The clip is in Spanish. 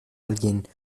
alguien